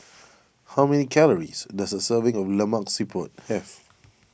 how many calories does a serving of Lemak Siput have